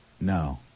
No